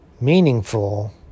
meaningful